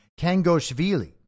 Kangoshvili